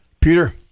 Peter